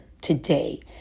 today